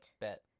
Bet